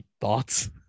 thoughts